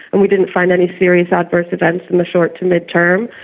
and we didn't find any serious adverse events in the short to mid-term,